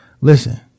Listen